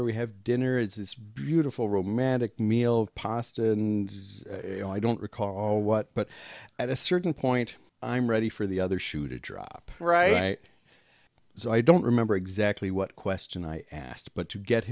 go we have dinner it's beautiful romantic meal of pasta and i don't recall what but at a certain point i'm ready for the other shoe to drop right so i don't remember exactly what question i asked but to get